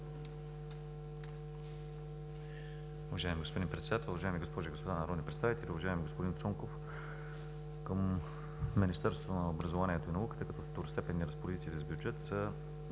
Уважаеми господин Председател, уважаеми госпожи и господа народни представители! Уважаеми господин Цонков, към Министерството на образованието и науката като второстепенни разпоредили с бюджет са